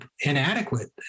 inadequate